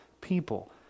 people